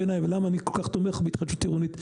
ולמה אני כל כך תומך בהתחדשות עירונית,